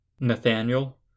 Nathaniel